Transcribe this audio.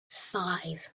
five